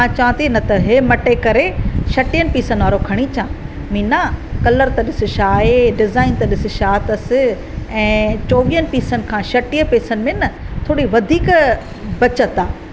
मां चवां थी न त हे मटे करे छटीहनि पीसनि वारो खणी अचां मीना कलर त ॾिसु छा आहे डिज़ाइन त ॾिसु छा अथसि ऐं चोवीहनि पीसनि खां छटीहनि पीसनि में न थोरी वधीक बचति आहे